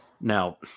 Now